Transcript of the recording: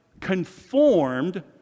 conformed